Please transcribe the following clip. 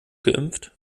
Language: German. geimpft